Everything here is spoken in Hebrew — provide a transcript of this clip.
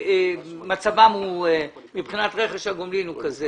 מצבם מבחינת רכש הגומלין הוא כזה